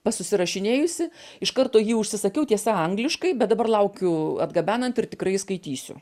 p susirašinėjusi iš karto jį užsisakiau tiesa angliškai bet dabar laukiu atgabenant ir tikrai skaitysiu